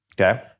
Okay